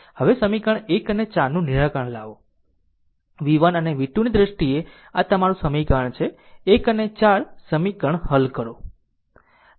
હવે સમીકરણ ૧ અને 4 નું નિરાકરણ લાવો v1 અને v2 ની દ્રષ્ટિએ આ તમારું સમીકરણ છે 1 અને 4 સમીકરણ હલ કરો